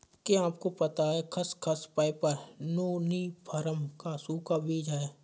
क्या आपको पता है खसखस, पैपर सोमनिफरम का सूखा बीज है?